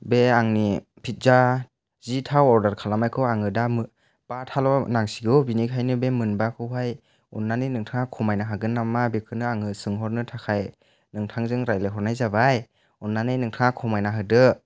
बे आंनि पिज्जा जि था अरदार खालामनायखौ आङो दा मोनबा थाल' नांसिगौ बिनिखायनो बे मोनबाखौहाय अननानै नोंथाङा खमायनो हागोन नामा बेखौनो आङो सोंहरनो थाखाय नोंथांजों रायलायहरनाय जाबाय अननानै नोंथाङा खमायना होदो